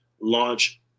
launch